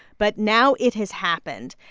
but now it has happened.